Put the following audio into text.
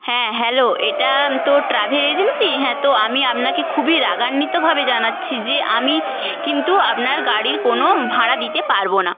হ্যাঁ হ্যালো এটা তো ট্রাভেল এজেন্সি হ্যাঁ তো আমি আপনাকে খুবই রাগান্বিতভাবে জানাচ্ছি যে আমি কিন্তু আপনার গাড়ির কোনো ভাড়া দিতে পারব না